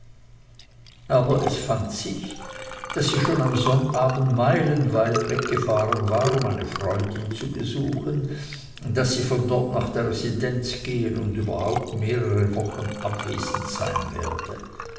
aber es fand sich daß sie schon am sonnabend meilenweit weggefahren war um eine freundin zu besuchen daß sie von dort nach der residenz gehen und überhaupt mehrere wochen abwesend sein werde